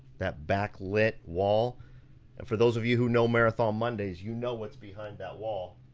that backlit wall and for those of you who know marathon mondays, you know what's behind that wall.